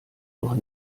noch